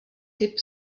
typ